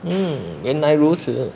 mm 原来如此